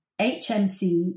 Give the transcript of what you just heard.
HMC